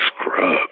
scrub